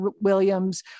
Williams